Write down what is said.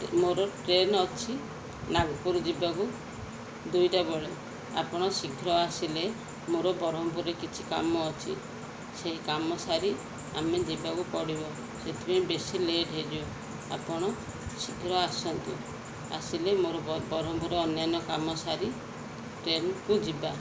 ମୋର ଟ୍ରେନ୍ ଅଛି ନାଗପୁର ଯିବାକୁ ଦୁଇଟା ବେଳେ ଆପଣ ଶୀଘ୍ର ଆସିଲେ ମୋର ବରହମପୁରରେ କିଛି କାମ ଅଛି ସେଇ କାମ ସାରି ଆମେ ଯିବାକୁ ପଡ଼ିବ ସେଥିପାଇଁ ବେଶୀ ଲେଟ୍ ହେଇଯିବ ଆପଣ ଶୀଘ୍ର ଆସନ୍ତୁ ଆସିଲେ ମୋର ବରହମପୁର ଅନ୍ୟାନ୍ୟ କାମ ସାରି ଟ୍ରେନ୍କୁ ଯିବା